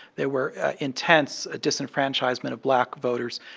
there were intense ah disenfranchisement of black voters.